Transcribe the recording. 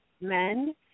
men